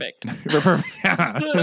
Perfect